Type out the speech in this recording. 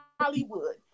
Hollywood